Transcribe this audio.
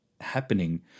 happening